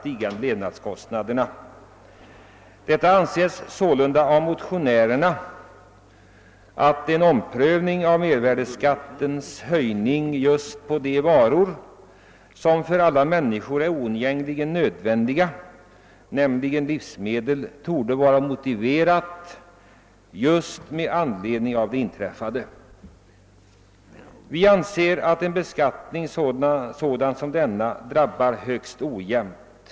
Motionärerna anser sålunda att med anledning av det inträffade torde en omprövning av mervärdeskattens höjning på just de varor som för alla människor är oundgängligen nödvändiga, nämligen livsmedel, vara motiverad. Vi anser att en beskattning som denna drabbar högst ojämnt.